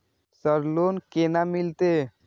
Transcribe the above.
Sir loan केना मिलते?